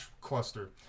cluster